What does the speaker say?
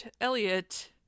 Elliot